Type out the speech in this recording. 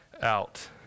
out